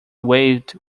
waved